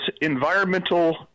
environmental